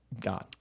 God